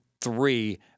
three